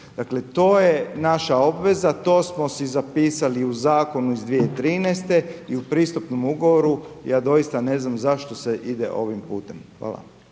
Dakle, to je naša obveza, to smo si zapisali u zakonu iz 2013. i u pristupnom ugovoru, ja doista ne znam zašto se ide ovim putem. Hvala.